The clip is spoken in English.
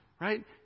Right